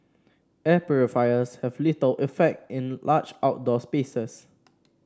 air purifiers have little effect in large outdoor spaces